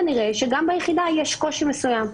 כנראה שגם ביחידה יש קושי מסוים.